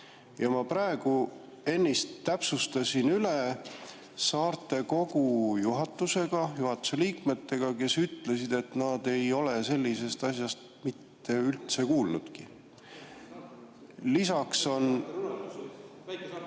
Ma praegu ennist täpsustasin üle saarte kogu juhatuse liikmetega, kes ütlesid, et nad ei ole sellisest asjast üldse mitte kuulnudki. Lisaks,